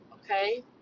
okay